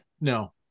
No